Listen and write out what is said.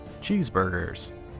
cheeseburgers